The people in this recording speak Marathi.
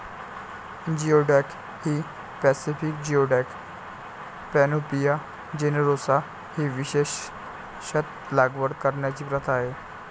जिओडॅक ही पॅसिफिक जिओडॅक, पॅनोपिया जेनेरोसा ही विशेषत लागवड करण्याची प्रथा आहे